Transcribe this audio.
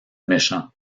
méchant